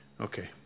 Okay